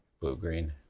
Blue-green